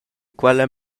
quella